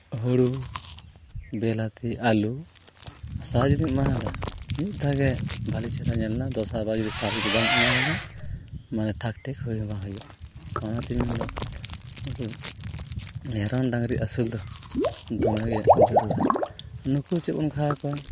ᱦᱩᱲᱩ ᱵᱤᱞᱟᱹᱛᱤ ᱟᱞᱩ ᱥᱟᱨ ᱡᱩᱫᱤᱢ ᱮᱢᱟᱣᱟᱫᱟ ᱢᱤᱫ ᱫᱷᱟᱣ ᱜᱮ ᱵᱷᱟᱹᱞᱤ ᱪᱮᱦᱨᱟ ᱧᱮᱞᱮᱱᱟ ᱫᱚᱥᱟᱨ ᱵᱟᱨ ᱫᱚ ᱥᱟᱨ ᱡᱩᱫᱤ ᱵᱟᱢ ᱮᱢᱟᱣᱟᱫᱟ ᱚᱱᱟᱫᱚ ᱴᱷᱟᱠᱴᱷᱤᱠ ᱦᱩᱭ ᱦᱚᱸ ᱵᱟᱝ ᱦᱩᱭᱩᱜᱼᱟ ᱚᱱᱟᱛᱤᱧ ᱢᱮᱱ ᱮᱫᱟ ᱱᱩᱠᱩ ᱢᱮᱨᱚᱢ ᱰᱟᱝᱨᱤ ᱟᱥᱩᱞ ᱫᱚ ᱫᱚᱢᱮ ᱜᱮ ᱡᱟᱨᱩᱲᱟ ᱱᱩᱠᱩ ᱪᱮᱫ ᱵᱚᱱ ᱠᱷᱟᱣᱟ ᱠᱚᱣᱟ